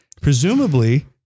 presumably